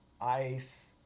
ice